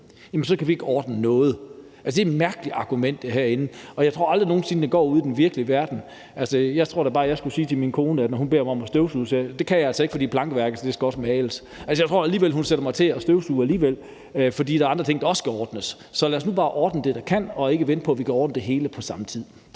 kan vi ikke ordne noget, er et mærkeligt argument, og jeg tror aldrig nogen sinde, den går ude i den virkelige verden. Altså, jeg tror da bare, at sagde jeg til min kone, når hun beder mig at støvsuge, at det kan jeg altså ikke, fordi plankeværket også skal males, sætter hun mig alligevel til at støvsuge, selv om der er andre ting, der skal ordnes. Så lad os nu bare ordne det, der kan ordnes, og ikke vente på, at vi kan ordne det hele på samme tid.